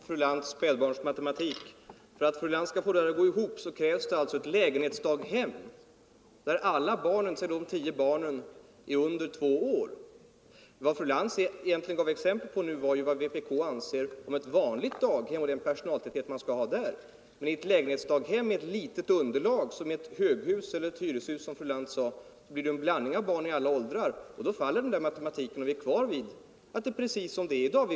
Fru talman! Först några ord om fru Lantz spädbarnsmatematik. För att fru Lantz skall få sin matematik att gå ihop krävs det ett lägenhetsdaghem där alla de tio barnen är under två år. Vad fru Lantz nu egentligen gav exempel på var vad vpk anser om ett vanligt daghem och den personalinsats man skall ha där. Men i ett lägenhetsdaghem med ett litet befolkningsunderlag — ett höghus eller ett hyreshus som fru Lantz sade — blir det en blandning av barn i alla åldrar och då faller den matematiken och det blir i stället precis som det är i dag.